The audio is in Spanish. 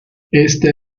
ésta